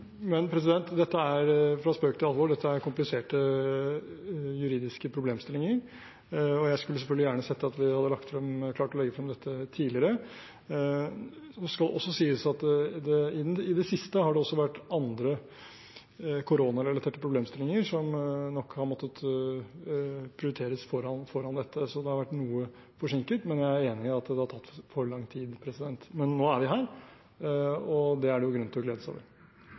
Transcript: Men fra spøk til alvor: Dette er kompliserte juridiske problemstillinger. Jeg skulle selvfølgelig gjerne sett at vi hadde klart å legge frem dette tidligere. Det skal også sies at det i det siste har vært andre, koronarelaterte problemstillinger som nok har måttet prioriteres foran dette, så det har vært noe forsinket. Jeg er enig i at det har tatt for lang tid, men nå er vi her, og det er det jo grunn til å glede seg over.